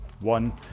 one